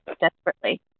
Desperately